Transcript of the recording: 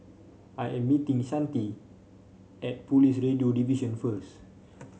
I am meeting Shante at Police Radio Division first